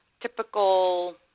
typical